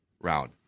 round